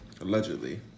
Allegedly